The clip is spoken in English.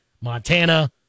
Montana